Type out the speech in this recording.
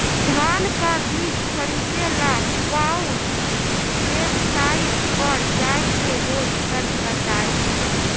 धान का बीज खरीदे ला काउन वेबसाइट पर जाए के होई तनि बताई?